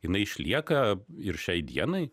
jinai išlieka ir šiai dienai